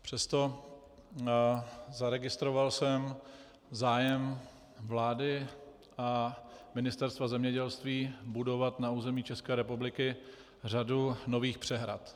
Přesto, zaregistroval jsem zájem vlády a Ministerstva zemědělství budovat na území České republiky řadu nových přehrad.